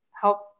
help